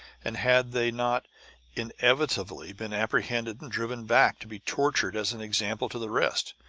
and had they not inevitably been apprehended and driven back, to be tortured as an example to the rest?